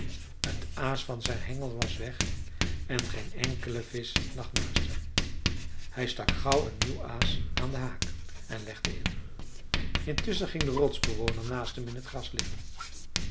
t aas van zijn hengel was weg en geen enkele visch lag naast hem hij stak gauw een nieuw aas aan den haak en legde in intusschen ging de rotsbewoner naast hem in het gras liggen